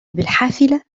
بالحافلة